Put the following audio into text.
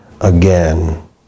again